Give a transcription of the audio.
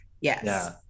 yes